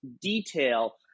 detail